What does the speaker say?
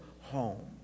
home